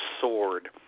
sword